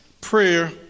prayer